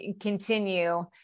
continue